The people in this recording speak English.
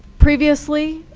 previously,